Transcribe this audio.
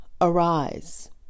arise